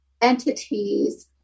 entities